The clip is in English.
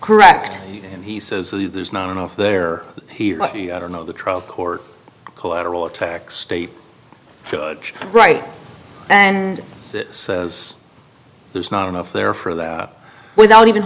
correct and he says there's not enough there here i don't know the trial court collateral attack state judge wright and says there's not enough there for that without even